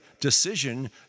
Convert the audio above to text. decision